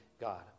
God